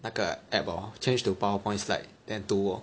那个 app hor change to powerpoint slides then 读 lor